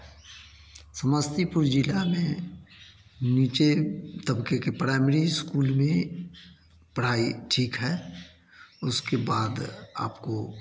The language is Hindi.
समस्तीपुर जिला में नीचे तबके के प्राइमरी स्कूल में पढ़ाई ठीक है उसके बाद आपको